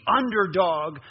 underdog